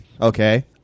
Okay